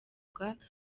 kandi